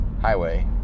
highway